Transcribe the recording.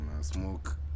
smoke